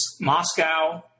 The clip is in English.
Moscow